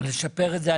לשפר את זה.